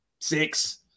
six